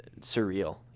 surreal